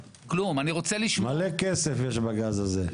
כלום, אני רוצה לשמור --- מלא כסף יש בגז הזה.